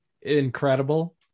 incredible